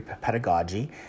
pedagogy